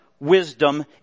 wisdom